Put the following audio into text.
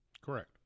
Correct